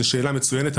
זו שאלה מצוינת,